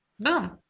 Boom